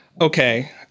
okay